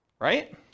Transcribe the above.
right